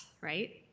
right